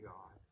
God